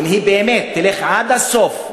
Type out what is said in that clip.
אם היא באמת תלך עד הסוף,